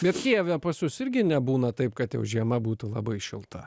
bet kijeve pas jus irgi nebūna taip kad jau žiema būtų labai šilta